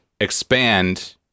expand